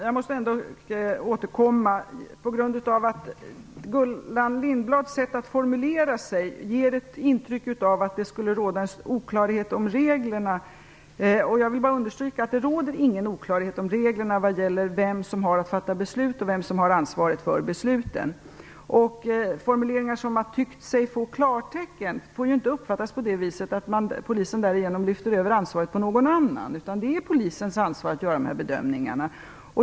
Fru talman! Gullan Lindblads sätt att formulera sig ger ett intryck av att det skulle råda oklarhet om reglerna. Jag vill bara understryka att det inte råder oklarhet om reglerna vad gäller vem som skall fatta beslut och vem som har ansvaret för besluten. Formuleringen "tyckt sig få klartecken" får inte uppfattas så att polisen därigenom lyfter över ansvaret på någon annan, utan det är polisens ansvar att göra dessa bedömningar.